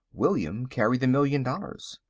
william carried the million dollars.